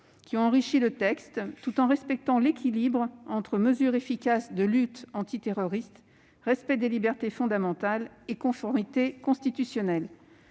qui ont enrichi le texte tout en respectant l'équilibre entre mesures efficaces de lutte antiterroriste, respect des libertés fondamentales et conformité constitutionnelle.